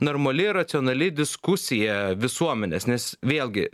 normali racionali diskusija visuomenės nes vėlgi